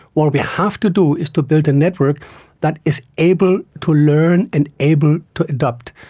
what we have to do is to build a network that is able to learn and able to adapt.